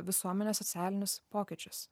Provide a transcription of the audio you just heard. visuomenės socialinius pokyčius